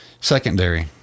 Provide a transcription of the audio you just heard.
secondary